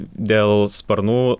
dėl sparnų